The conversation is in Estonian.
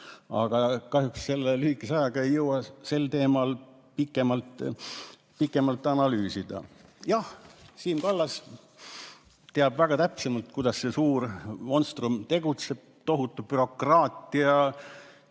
Aga kahjuks selle lühikese ajaga ei jõua seda teemat pikemalt analüüsida. Jah, Siim Kallas teab täpsemalt, kuidas see suur monstrum tegutseb: tohutu bürokraatia,